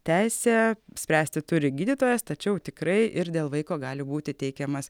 teisę spręsti turi gydytojas tačiau tikrai ir dėl vaiko gali būti teikiamas